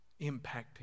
Impacting